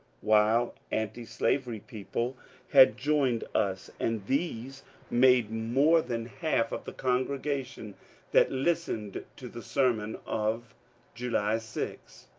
while antislavery people had joined us, and these made more than half of the congregation that listened to the sermon of july six.